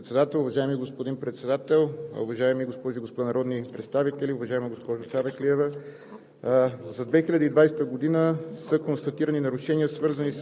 Благодаря Ви, господин Председател. Уважаеми господин Председател, уважаеми госпожи и господа народни представители! Уважаеми господин